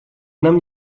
нам